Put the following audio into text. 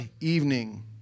evening